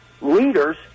leaders